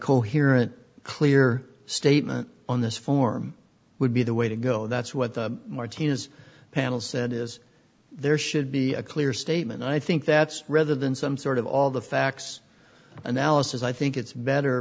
coherent clear statement on this form would be the way to go that's what the martinez panel said is there should be a clear statement i think that's rather than some sort of all the facts analysis i think it's better